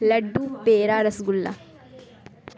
لڈو پیڑا رس گلہ